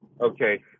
Okay